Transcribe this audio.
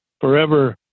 forever